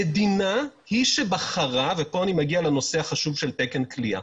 המדינה היא שבחרה ופה אני מגיע לנושא החשוב של תקן כליאה